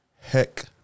heck